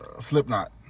Slipknot